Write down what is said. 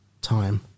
time